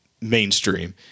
mainstream